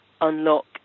unlock